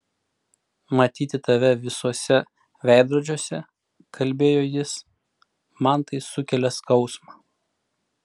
matyti tave visuose veidrodžiuose kalbėjo jis man tai sukelia skausmą